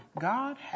God